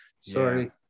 sorry